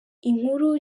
inkuru